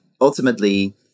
ultimately